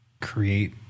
create